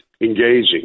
engaging